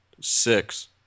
six